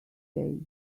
day